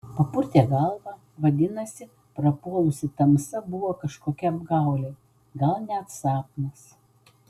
papurtė galvą vadinasi prapuolusi tamsa buvo kažkokia apgaulė gal net sapnas